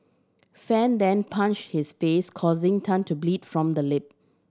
Fan then punched his face causing Tan to bleed from the lip